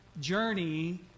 journey